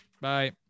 Bye